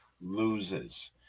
loses